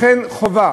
לכן חובה